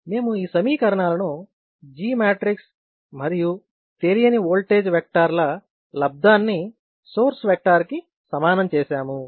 మేము ఈ సమీకరణాలను G మ్యాట్రిక్స్ మరియు తెలియని ఓల్టేజ్ వెక్టార్ ల లబ్దాన్ని సోర్స్ వెక్టార్ కి సమానం చేసాము